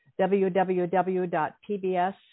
www.pbs